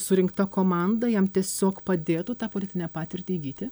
surinkta komanda jam tiesiog padėtų tą politinę patirtį įgyti